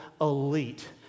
elite